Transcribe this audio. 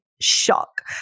shock